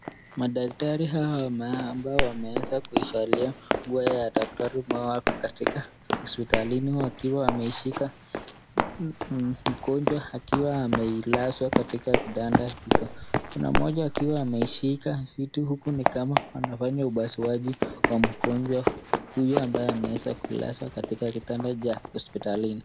Madaktari hawa ambao wameanza kuvalia mavazi ya daktari wako katika hospitalini wakiwa wameshika mgonjwa akiwa amelazwa katika kitanda huko. Kuna mmoja anaonekana kuwa ameshika vitu huku ni kama anafanya upasuaji wa mgonjwa huyu ambaye ameweza kulazwa katika kitanda cha hospitalini.